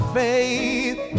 faith